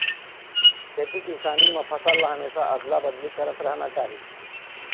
खेती किसानी म फसल ल हमेशा अदला बदली करत रहना चाही